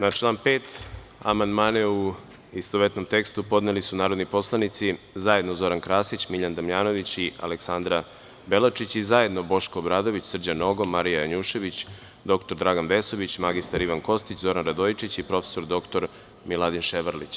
Na član 5. amandmane, u istovetnom tekstu, podneli su narodni poslanici: zajedno Zoran Krasić, Miljan Damjanović i Aleksandra Belačić i zajedno Boško Obradović, Srđan Nogo, Marija Janjušević, dr Dragan Vesović, mr Ivan Kostić, Zoran Radojičić i prof. dr Miladin Ševarlić.